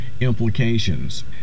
implications